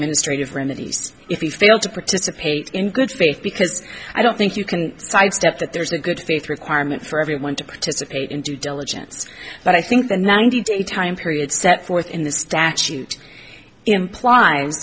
administrative remedies if he failed to participate in good faith because i don't think you can sidestep that there's a good faith requirement for everyone to participate in due diligence but i think the ninety day time period set forth in the statute impl